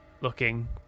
looking